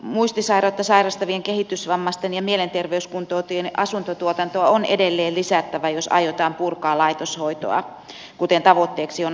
muistisairautta sairastavien kehitysvammaisten ja mielenterveyskuntoutujien asuntotuotantoa on edelleen lisättävä jos aiotaan purkaa laitoshoitoa kuten tavoitteeksi on asetettu